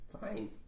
Fine